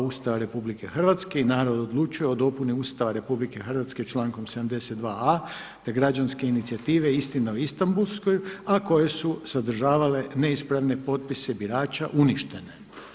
Ustava RH i „Narod odlučuje“ o dopuni Ustava RH člankom 72. a te građanske inicijative „Istina o Istanbulskoj“ a koje su sadržavale neispravne potpise birača uništene.